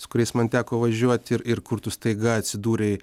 su kuriais man teko važiuot ir ir kur tu staiga atsidūrei